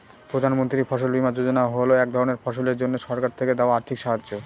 প্রধান মন্ত্রী ফসল বীমা যোজনা হল এক ধরনের ফসলের জন্যে সরকার থেকে দেওয়া আর্থিক সাহায্য